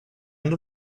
end